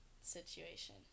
situation